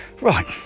Right